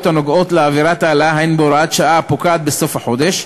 הנוגעות לעבירת ההלנה הן בהוראת שעה הפוקעת בסוף החודש,